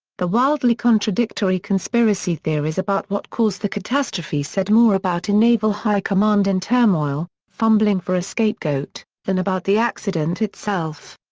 the wildly contradictory conspiracy theories about what caused the catastrophe said more about a naval high command in turmoil, fumbling for a scapegoat, than about the accident itself.